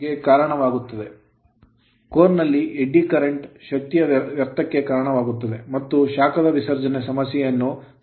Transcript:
core core ನಲ್ಲಿ eddy current eddy current ಹರಿವು ಶಕ್ತಿಯ ವ್ಯರ್ಥಕ್ಕೆ ಕಾರಣವಾಗುತ್ತದೆ ಮತ್ತು ಶಾಖದ ವಿಸರ್ಜನಾ ಸಮಸ್ಯೆಯನ್ನು ಸೃಷ್ಟಿಸುತ್ತದೆ